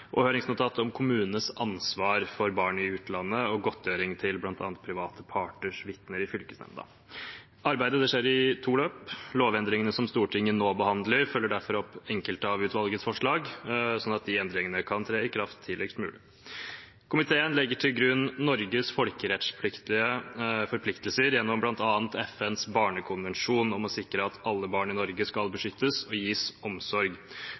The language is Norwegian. og høringsnotatet om kommunens ansvar for barn i utlandet og godtgjøring til bl.a. private parters vitner i fylkesnemnda. Arbeidet skjer i to løp. Lovendringene som Stortinget nå behandler, følger opp enkelte av utvalgets forslag, slik at disse endringene kan tre i kraft tidligst mulig. Komiteen legger til grunn Norges folkerettslige forpliktelser, gjennom bl.a. FNs barnekonvensjon, om å sikre at alle barn i Norge skal beskyttes og gis omsorg,